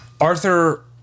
Arthur